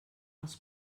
els